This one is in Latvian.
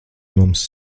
mums